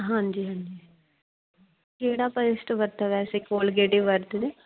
ਹਾਂਜੀ ਹਾਂਜੀ ਕਿਹੜਾ ਪੇਸਟ ਵਰਤਾ ਵੈਸੇ ਕੋਲਗੇਟ ਏ ਵਰਤਦੇ